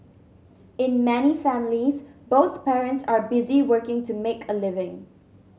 in many families both parents are busy working to make a living